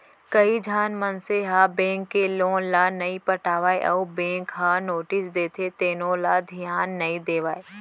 कइझन मनसे ह बेंक के लोन ल नइ पटावय अउ बेंक ह नोटिस देथे तेनो ल धियान नइ देवय